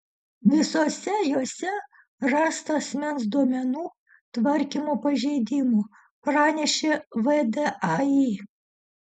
visose jose rasta asmens duomenų tvarkymo pažeidimų pranešė vdai